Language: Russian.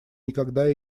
никогда